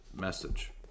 message